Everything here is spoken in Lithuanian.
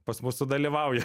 pas mus sudalyvauja